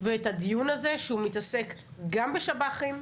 ואת הדיון הזה שמתעסק גם בשב"חים,